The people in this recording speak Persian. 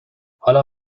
حالا